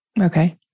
Okay